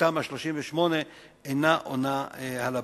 שתמ"א 38 אינה עונה על הבעיה.